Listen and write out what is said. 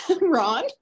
Ron